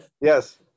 Yes